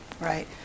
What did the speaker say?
right